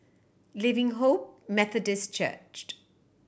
Living Hope Methodist Church